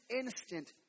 instant